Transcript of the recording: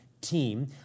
Team